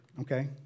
Okay